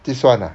this one ah